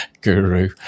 Guru